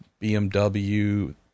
BMW